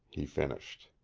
he finished.